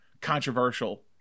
controversial